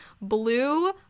Blue